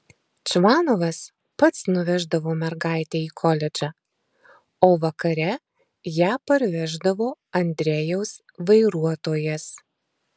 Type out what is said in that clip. čvanovas pats nuveždavo mergaitę į koledžą o vakare ją parveždavo andrejaus vairuotojas